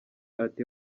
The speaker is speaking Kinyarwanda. ati